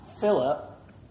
Philip